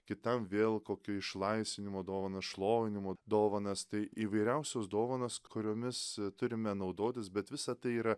kitam vėl kokiu išlaisvinimo dovaną šlovinimo dovanas tai įvairiausios dovanos kuriomis e turime naudotis bet visa tai yra